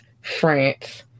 France